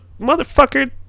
motherfucker